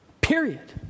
period